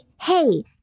hey